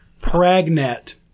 Pregnant